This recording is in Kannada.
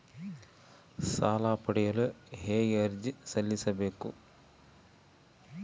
ಸಾಲ ಪಡೆಯಲು ಹೇಗೆ ಅರ್ಜಿ ಸಲ್ಲಿಸಬೇಕು?